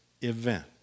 event